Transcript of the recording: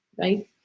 right